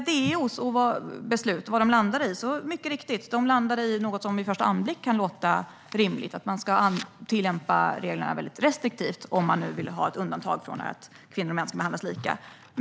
DO:s beslut och vad de landade i var mycket riktigt något som vid första anblick kunde verka rimligt, det vill säga att man ska tillämpa regler väldigt restriktivt om man nu vill ha ett undantag från att kvinnor och män ska behandlas lika.